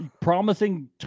Promising